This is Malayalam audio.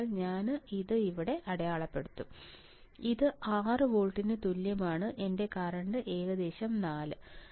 അതിനാൽ ഞാൻ ഇത് ഇവിടെ അടയാളപ്പെടുത്തും ഇത് 6 വോൾട്ടിന് തുല്യമാണ് എന്റെ കറന്റ് ഏകദേശം 4